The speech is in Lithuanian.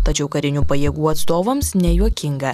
tačiau karinių pajėgų atstovams nejuokinga